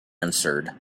answered